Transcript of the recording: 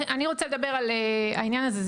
אני רוצה לדבר על העניין הזה.